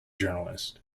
journalist